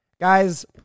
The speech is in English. guys